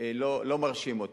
לא מרשים אותי.